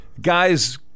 Guys